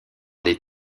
les